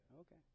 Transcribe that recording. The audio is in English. Okay